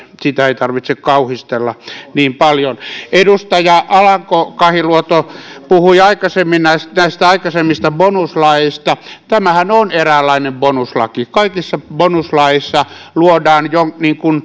sitä ei tarvitse kauhistella niin paljon edustaja alanko kahiluoto puhui aikaisemmin näistä näistä aikaisemmista bonuslaeista tämähän on eräänlainen bonuslaki kaikissa bonuslaeissa luodaan jo